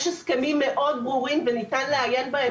יש הסכמים מאוד ברורים וניתן לעיין בהם,